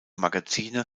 magazine